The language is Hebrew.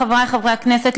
חברי חברי הכנסת,